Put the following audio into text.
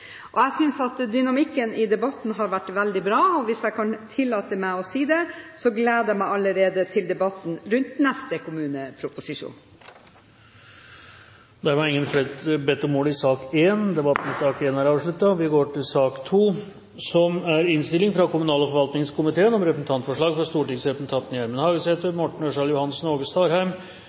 Jeg synes at dynamikken i debatten har vært veldig bra, og, hvis jeg kan tillate meg å si det, jeg gleder meg allerede til debatten i forbindelse med neste kommuneproposisjon. Flere har ikke bedt om ordet til sak nr. 1. Etter ønske fra kommunal- og forvaltningskomiteen vil presidenten foreslå at taletiden blir begrenset til 5 minutter til hver gruppe og